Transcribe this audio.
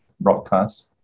broadcast